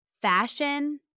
Fashion